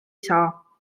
saa